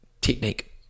technique